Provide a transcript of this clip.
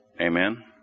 Amen